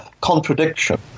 contradiction